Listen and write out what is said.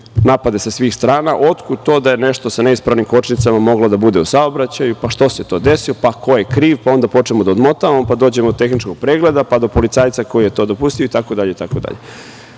napade sa svih strana otkud to da je nešto sa neispravnim kočnicama moglo da bude u saobraćaju, pa što se to desilo, pa ko je kriv, pa onda počnemo da odmotavamo, pa dođemo do tehničkog pregleda, pa do policajca koji je to dopustio itd. Naravno da